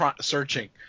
searching